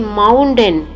mountain